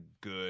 good